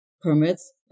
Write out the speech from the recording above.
permits